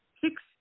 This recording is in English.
six